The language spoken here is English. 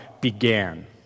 began